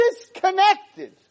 disconnected